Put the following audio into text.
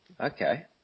Okay